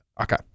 Okay